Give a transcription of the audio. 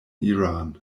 iran